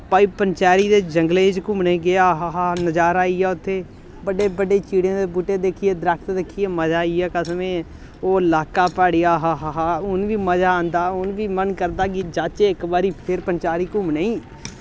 भाई पंचैरी दे जंगलें च घुम्मने गी गे आ हा हा नजारा आई गेआ उत्थै बड्डे बड्डे चीड़ें दे बूह्टे दिक्खियै दरख्त दिक्खियै मजा आई गेआ कसम ऐ ओह् लाका प्हाड़ी आ हा हा हा हून बी मजा औंदा हून बी मन करदा कि जाचै इक बारी फिर पंचैरी घुम्मने गी